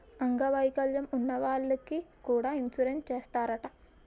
అంగ వైకల్యం ఉన్న వాళ్లకి కూడా ఇన్సురెన్సు చేస్తారట